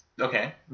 Okay